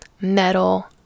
metal